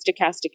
stochastic